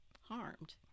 harmed